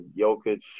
Jokic